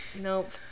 nope